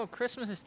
Christmas